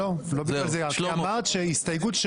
הסתייגות,